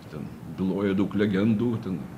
ten byloja daug legendų ten